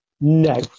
No